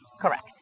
Correct